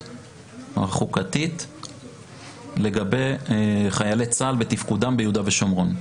החוקתית לגבי חיילי צה"ל ותפקודם ביהודה ושומרון,